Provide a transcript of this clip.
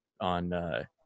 on